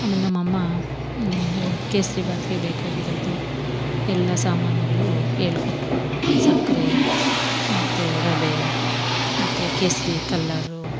ಆಮೇಲೆ ನಮ್ಮ ಅಮ್ಮ ಕೇಸ್ರಿಭಾತ್ಗೆ ಬೇಕಾಗಿರೋದು ಎಲ್ಲ ಸಾಮಾನುಗಳು ಹೇಳ್ಕೊಟ್ರು ಸಕ್ಕರೆ ಮತ್ತು ರವೆ ಮತ್ತು ಕೇಸರಿ ಕಲ್ಲರು